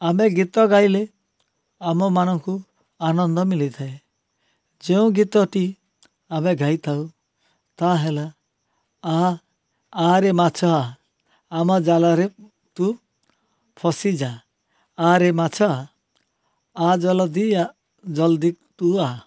ଆମେ ଗୀତ ଗାଇଲେ ଆମମାନଙ୍କୁ ଆନନ୍ଦ ମିଳିଥାଏ ଯେଉଁ ଗୀତଟି ଆମେ ଗାଇଥାଉ ତାହା ହେଲା ଆ ଆରେ ମାଛ ଆ ଆମ ଜାଲରେ ତୁ ଫସି ଯା ଆରେ ମାଛ ଆ ଆ ଜଲଦି ଆ ଜଲ୍ଦି ତୁ ଆ